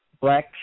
black